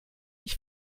ich